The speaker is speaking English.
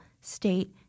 state